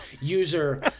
User